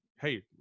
hey